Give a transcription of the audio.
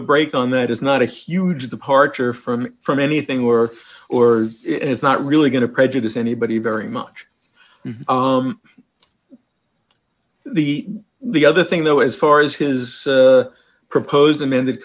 a break on that is not a huge departure from from anything or or it's not really going to prejudice anybody very much the the other thing though as far as his proposed amended